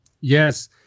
Yes